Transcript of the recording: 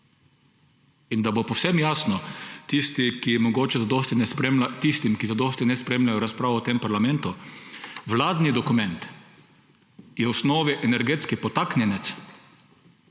In da bo povsem jasno tistim, ki zadosti ne spremljajo razprav v tem parlamentu, vladni dokument je v osnovi energetski podtaknjenec.